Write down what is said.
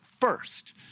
first